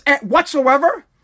whatsoever